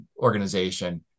organization